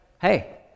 hey